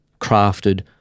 crafted